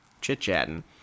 chit-chatting